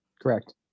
Correct